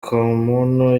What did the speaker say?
kamono